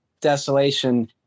desolation